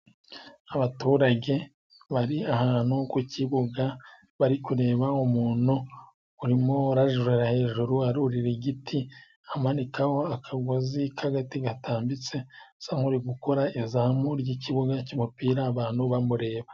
Abaturage bari ahantu ku kibuga ,bari kureba umuntu urimo urajurera hejuru, arurira igiti ,amanikaho akagozi k'agati gatambitse, usa n'uri gukora izamu ry'ikibuga cy'umupira abantu bamureba.